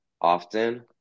often